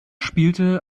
spielte